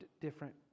different